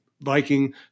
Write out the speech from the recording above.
Viking